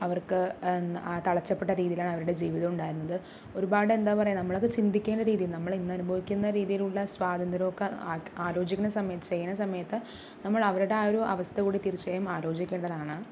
അവർക്ക് തളച്ചപ്പെട്ട രീതിലാണ് അവരുടെ ജീവിതം ഉണ്ടായിരുന്നത് ഒരുപാട് എന്താ പറയുക നമ്മളൊക്കെ ചിന്തിക്കേണ്ട രീതി നമ്മൾ ഇന്നനുഭവിക്കുന്ന രീതിലുള്ള സ്വാതന്ത്ര്യമൊക്കെ ആലോചിക്കണ സമയത്ത് ചെയ്യണ സമയത്ത് നമ്മള് അവരുടെ ആ ഒരു അവസ്ഥ തീർച്ചയായും ആലോചിക്കേണ്ടതാണ്